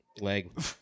Leg